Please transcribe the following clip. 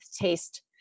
taste